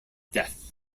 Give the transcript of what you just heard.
death